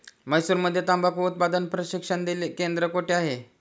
म्हैसूरमध्ये तंबाखू उत्पादन प्रशिक्षण केंद्र कोठे आहे?